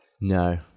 No